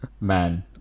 man